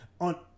on